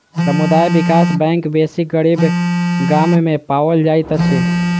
समुदाय विकास बैंक बेसी गरीब गाम में पाओल जाइत अछि